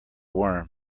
worm